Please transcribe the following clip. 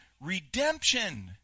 redemption